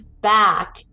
back